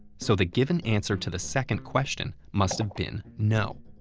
so the given answer to the second question must've been no.